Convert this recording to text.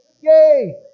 yay